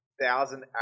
thousand